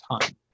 time